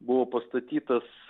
buvo pastatytas